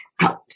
out